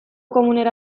komunera